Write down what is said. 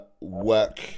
work